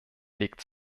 legt